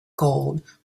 gold